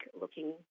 looking